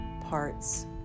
parts